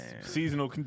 Seasonal